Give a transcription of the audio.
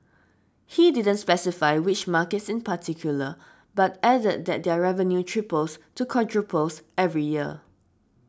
he didn't specify which markets in particular but added that their revenue triples to quadruples every year